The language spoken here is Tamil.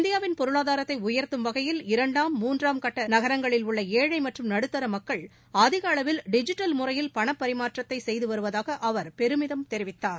இந்தியாவின் பொருளாதாரத்தை உயர்த்தும் வகையில் இரண்டாம் மூன்றாம் கட்ட நகரங்களில் உள்ள ஏழை மற்றும் நடுத்தர மக்கள் அதிக அளவில் டிஜிட்டல் முறையில் பணபரிமாற்றத்தை செய்து வருவதாக அவர் பெருமிதம் தெரிவித்தார்